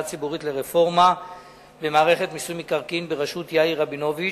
הציבורית לרפורמה במערכת מיסוי מקרקעין בראשות יאיר רבינוביץ,